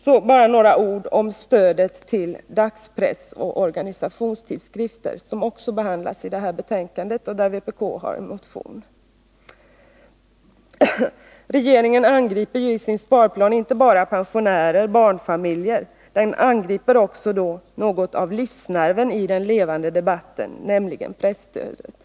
Så bara några ord om stödet till dagspress och organisationstidskrifter, som också behandlas i detta betänkande och som vpk har väckt en motion om. Regeringen angriper i sin sparplan inte bara pensionärer och barnfamiljer utan också något av livsnerven i den levande debatten, nämligen presstödet.